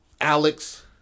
Alex